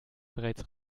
bereits